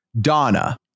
Donna